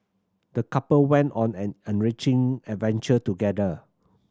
the couple went on an enriching adventure together